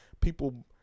people